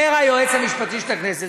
אומר היועץ המשפטי של הכנסת,